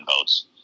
votes